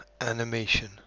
Animation